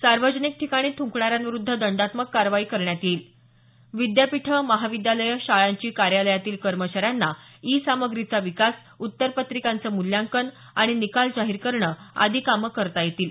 सार्वजनिक ठिकाणी थ्रंकणाऱ्यांविरूद्ध दंडात्मक कारवाई करण्यात येईल विद्यापीठं महाविद्यालयं शाळांची कार्यालयातील कर्मचाऱ्यांना ई सामग्रीचा विकास उत्तरपत्रिकांचे मूल्यांकन आणि निकाल जाहीर करणे आदी कामे करता येतील